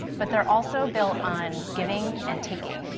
but, they are also built on giving and taking.